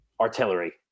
artillery